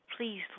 Please